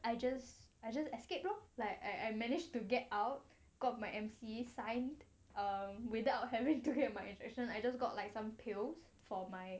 I just I just escaped lor like I I manage to get out got my M_C signed without having to get my injection I just got like some pills for my